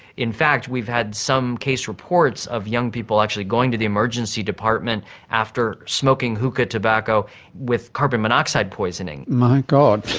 in fact we've had some case reports of young people actually going to the emergency department after smoking hookah tobacco with carbon monoxide poisoning. my god!